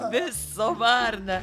viso varna